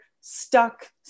stuck